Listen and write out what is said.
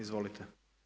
Izvolite.